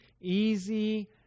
easy